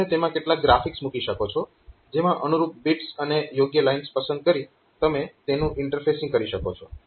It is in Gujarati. તમે તેમાં કેટલાક ગ્રાફિક્સ મૂકી શકો છો જેમાં અનુરૂપ બિટ્સ અને યોગ્ય લાઇન્સ પસંદ કરી તમે તેનું ઇન્ટરફેસિંગ કરી શકો છો